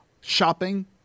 shopping